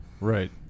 Right